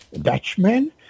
Dutchman